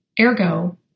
Ergo